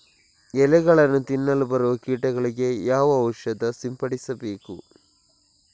ಎಲೆಗಳನ್ನು ತಿನ್ನಲು ಬರುವ ಕೀಟಗಳಿಗೆ ಯಾವ ಔಷಧ ಸಿಂಪಡಿಸಬೇಕು?